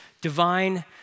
divine